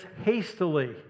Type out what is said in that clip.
hastily